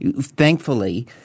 thankfully